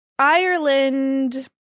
Ireland